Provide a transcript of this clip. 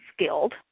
skilled